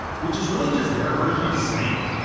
which is really just their version of snake,